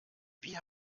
wie